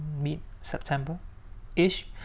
mid-September-ish